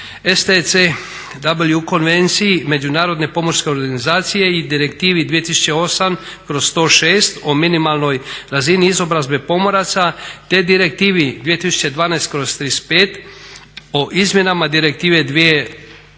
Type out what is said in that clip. STCW konvencije Međunarodne pomorske organizacije i Direktivi 2008/106 o minimalnoj razini izobrazbe pomoraca, te Direktivi 2012/35 o izmjenama Direktive